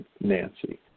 Nancy